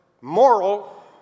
moral